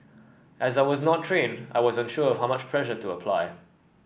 as I was not trained I was unsure of how much pressure to apply